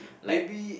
maybe